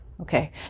Okay